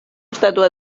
estàtua